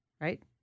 right